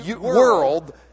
world